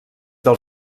del